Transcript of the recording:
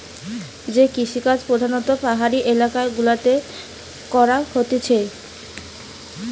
যে কৃষিকাজ প্রধাণত পাহাড়ি এলাকা গুলাতে করা হতিছে